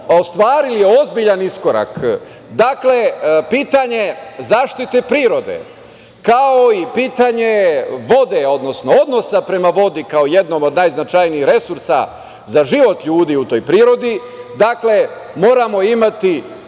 ostvarili ozbiljan iskorak. Dakle, pitanje zaštite prirode, kao i pitanje vode, odnosno, odnosa prema vodi, kao jednom od najznačajnijih resursa za život ljudi u toj prirodi, moramo imati